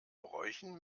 bräuchen